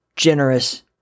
generous